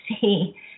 see